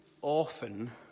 often